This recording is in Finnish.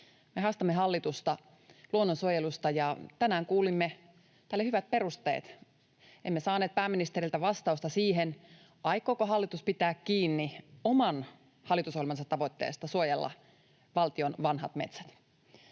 Me haastamme hallitusta luonnonsuojelusta, ja tänään kuulimme tälle hyvät perusteet. Emme saaneet pääministeriltä vastausta siihen, aikooko hallitus pitää kiinni oman hallitusohjelmansa tavoitteesta suojella valtion vanhat metsät.